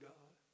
God